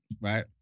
right